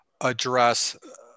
address